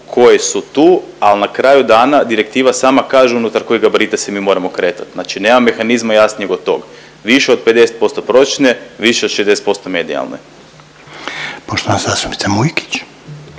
koje su tu, al na kraju dana direktiva sama kaže unutar kojih gabarita se mi moramo kretat. Znači nema mehanizma jasnijeg od toga, više od 50% prosječne, više od 60% medijalne. **Reiner, Željko